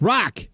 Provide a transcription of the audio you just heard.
Rock